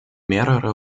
mehrere